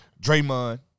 Draymond